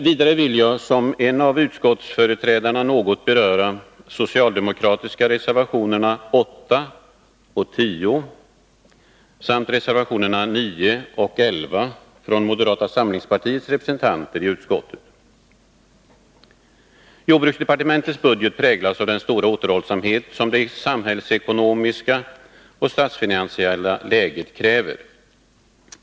Vidare vill jag som en av utskottsföreträdarna något beröra de socialdemokratiska reservationerna 8 och 10 samt reservationerna 9 och 11 från moderata samlingspartiets representanter i utskottet. § Jordbruksdepartementets budget präglas av den stora återhållsamhet som det samhällsekonomiska och statsfinansiella läget kräver.